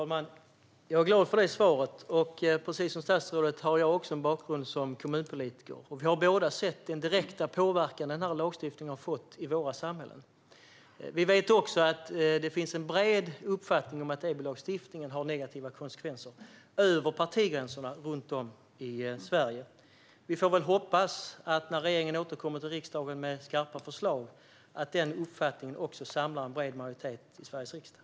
Herr talman! Jag är glad för det svaret. Precis som statsrådet har jag en bakgrund som kommunpolitiker. Vi har båda sett den direkta påverkan denna lagstiftning har fått på våra samhällen. Vi vet också att det över partigränserna runt om i Sverige finns en bred uppfattning att EBO-lagstiftningen har negativa konsekvenser. Vi får väl hoppas, när regeringen återkommer med skarpa förslag, att den uppfattningen också samlar en bred majoritet i Sveriges riksdag.